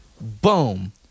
Boom